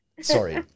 Sorry